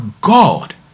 God